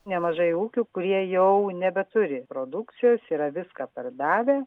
nemažai ūkių kurie jau nebeturi produkcijos yra viską pardavę